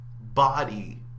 body